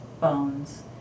bones